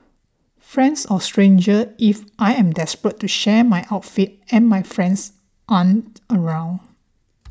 friends or strangers if I am desperate to share my outfit and my friends aren't around